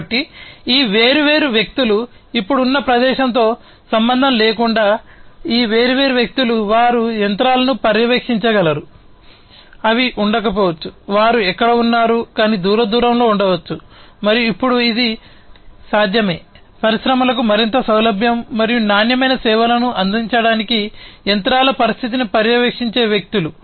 కాబట్టి ఈ వేర్వేరు వ్యక్తులు ఇప్పుడు ఉన్న ప్రదేశంతో సంబంధం లేకుండా ఈ వేర్వేరు వ్యక్తులు వారు యంత్రాలను పర్యవేక్షించగలరు అవి ఉండకపోవచ్చు వారు ఎక్కడ ఉన్నారు కానీ దూరం దూరంలో ఉండవచ్చు మరియు ఇప్పుడు ఇది సాధ్యమే పరిశ్రమలకు మరింత సౌలభ్యం మరియు నాణ్యమైన సేవలను అందించడానికి యంత్రాల పరిస్థితిని పర్యవేక్షించే వ్యక్తులు